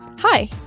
Hi